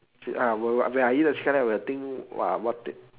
ah when I eat the chicken rice I will think !wah! what